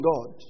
God